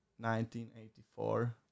1984